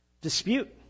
dispute